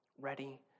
ready